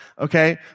Okay